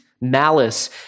malice